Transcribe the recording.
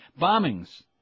Bombings